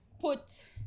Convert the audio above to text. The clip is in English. put